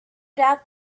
doubt